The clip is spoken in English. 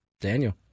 Daniel